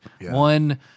one